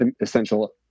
essential